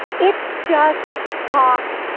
it's just talk,